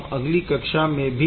हम अगली कक्षा में भी यह देखेंगे